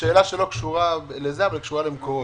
שאלה שלא קשורה לזה אבל קשורה למקורות: